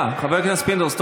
תודה, חבר הכנסת פינדרוס.